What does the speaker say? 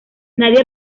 nadie